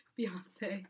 Beyonce